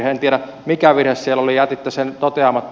en tiedä mikä virhe siellä oli jätitte sen toteamatta